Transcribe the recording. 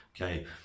okay